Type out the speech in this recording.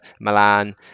Milan